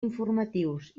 informatius